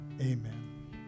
Amen